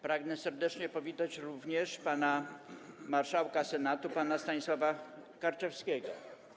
Pragnę serdecznie powitać również marszałka Senatu pana Stanisława Karczewskiego.